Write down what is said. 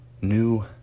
new